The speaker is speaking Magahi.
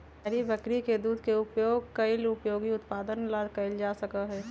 डेयरी बकरी के दूध के उपयोग कई उपयोगी उत्पादन ला कइल जा सका हई